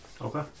Okay